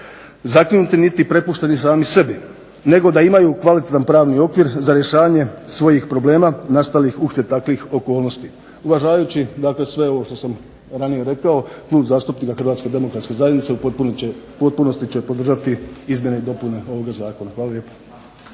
zakinuti, niti prepušteni sami sebi, nego da imaju kvalitetan pravni okvir za rješavanje svojih problema nastalih uslijed takvih okolnosti. Uvažavajući dakle sve ovo što sam ranije rekao Klub zastupnika Hrvatske demokratske zajednice u potpunosti će podržati izmjene i dopune ovoga zakona. Hvala lijepa.